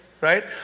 right